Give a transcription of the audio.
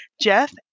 Jeff